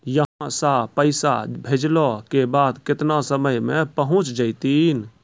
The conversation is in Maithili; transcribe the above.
यहां सा पैसा भेजलो के बाद केतना समय मे पहुंच जैतीन?